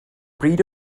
bryd